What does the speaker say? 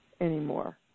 anymore